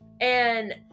And-